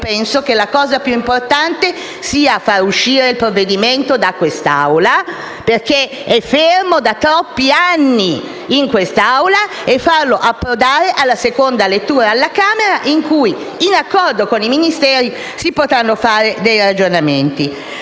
dunque che la cosa più importante sia far uscire il provvedimento da quest'Aula, perché è fermo qui da troppi anni, e farlo approdare per la seconda lettura alla Camera, in cui, in accordo con i Ministeri, si potranno fare dei ragionamenti.